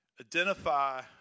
Identify